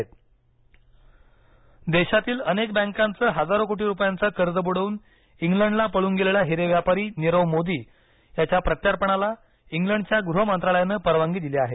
नीरव मोदी देशातील अनेक बँकाचे हजारो कोटी रुपयांचे कर्ज बुडवून इंग्लंडला पळून गेलेला हिरे व्यापारी नीरव मोदी याच्या प्रत्यार्पणाला इंग्लंडच्या गृह मंत्रालयानं परवानगी दिली आहे